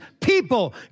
people